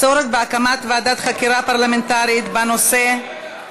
הצורך בהקמת ועדת חקירה פרלמנטרית בנושא, רגע,